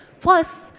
plus,